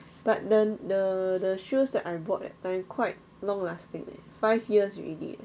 but the the the shoes that I bought that time quite long lasting leh five years already eh